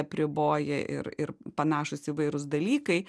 apriboja ir ir panašūs įvairūs dalykai